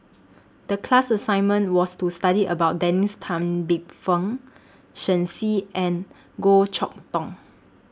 The class assignment was to study about Dennis Tan Lip Fong Shen Xi and Goh Chok Tong